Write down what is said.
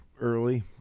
early